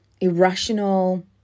irrational